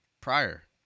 Prior